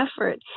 effort